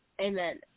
amen